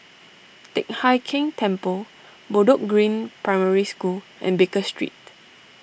Teck Hai Keng Temple Bedok Green Primary School and Baker Street